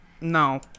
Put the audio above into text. No